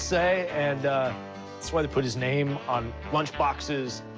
say. and that's why they put his name on lunchboxes,